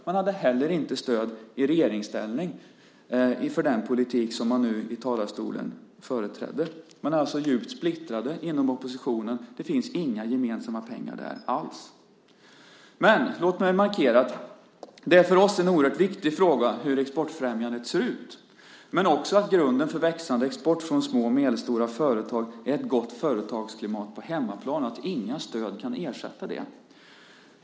Man hade inte heller stöd i regeringsställning för den politik man nu i talarstolen företräder. Oppositionen är djupt splittrad. Det finns inga gemensamma pengar alls. Låt mig markera att det för oss är en oerhört viktig fråga hur exportfrämjandet ser ut men också att grunden för växande export för små och medelstora företag är ett gott företagsklimat på hemmaplan. Inga stöd kan ersätta det.